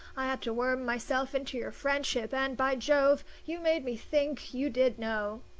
i had to worm myself into your friendship and, by jove, you made me think you did know,